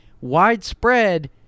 widespread